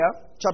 chapter